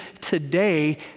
today